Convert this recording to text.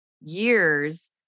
years